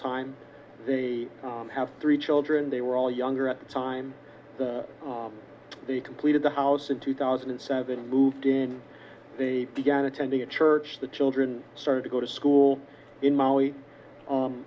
time they have three children they were all younger at the time they completed the house in two thousand and seven moved in they began attending a church the children started to go to school in maui